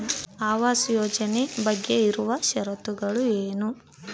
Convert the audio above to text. ಆವಾಸ್ ಯೋಜನೆ ಬಗ್ಗೆ ಇರುವ ಶರತ್ತುಗಳು ಏನು?